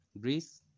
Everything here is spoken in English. Greece